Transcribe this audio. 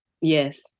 Yes